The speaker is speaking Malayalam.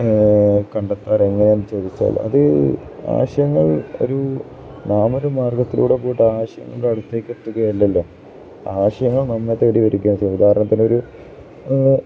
കണ്ടെത്താറ് എങ്ങനെയാണെന്ന് ചോദിച്ചാല് അത് ആശയങ്ങൾ ഒരു നാമൊരു മാർഗ്ഗത്തിലൂടെ പോയിട്ട് ആശയങ്ങളുടെ അടുത്തേക്കെത്തുകയല്ലല്ലോ ആശയങ്ങൾ നമ്മെ തേടി വരികയാണ് ചെയ്യുന്നത് ഉദാഹരണത്തിനൊരു